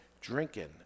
drinking